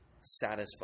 satisfied